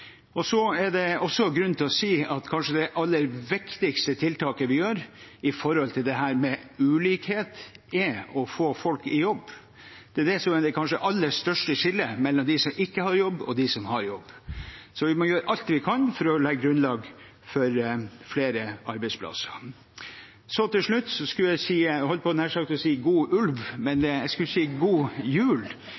Så er det også grunn til å si at kanskje det aller viktigste tiltaket vi gjør med tanke på dette med ulikhet, er å få folk i jobb. Det er det som er det kanskje aller største skillet mellom dem som ikke har jobb, og dem som har jobb. Så vi må gjøre alt det vi kan for å legge grunnlag for flere arbeidsplasser. Til slutt vil jeg si, jeg holdt på å si «god ulv», men